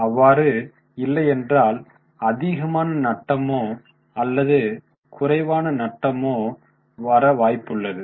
அவ்வாறு இல்லையென்றால் அதிகமான நட்டமோ அல்லது குறைவான நட்டமோ வர வாய்ப்புள்ளது